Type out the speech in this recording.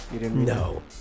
No